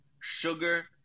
Sugar